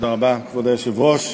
כבוד היושב-ראש,